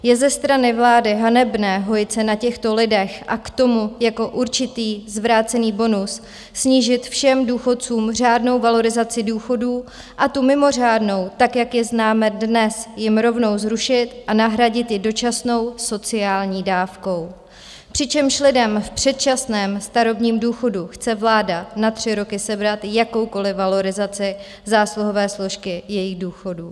Je ze strany vlády hanebné hojit se na těchto lidech a k tomu jako určitý zvrácený bonus snížit všem důchodcům řádnou valorizaci důchodů, a tu mimořádnou, tak jak ji známe dnes, jim rovnou zrušit a nahradit ji dočasnou sociální dávkou, přičemž lidem v předčasném starobním důchodu chce vláda na tři roky sebrat jakoukoliv valorizaci zásluhové složky jejich důchodů.